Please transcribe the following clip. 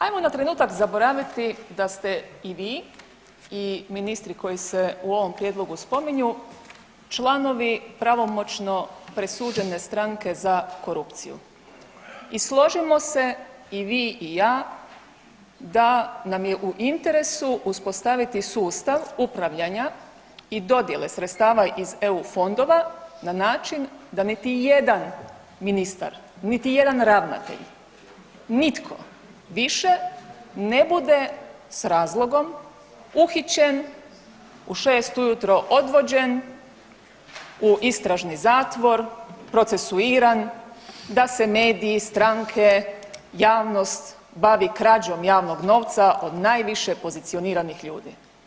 Ajmo na trenutak zaboraviti da ste i vi i ministri koji se u ovom prijedlogu spominje članovi pravomoćne presuđene strane za korupciju i složimo se i vi i ja da nam je u interesu uspostaviti sustav upravljanja i dodjele sredstava iz eu fondova na način da niti jedan ministar, niti jedan ravnatelj nitko više ne bude s razlogom uhićen u šest ujutro odvođen u istražni zatvor, procesuiran, da se mediji, stranke, javnost bavi krađom javnog novca od najviše pozicioniranih ljudi.